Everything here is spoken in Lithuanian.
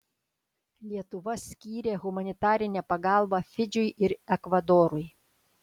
lietuva skyrė humanitarinę pagalbą fidžiui ir ekvadorui